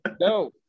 No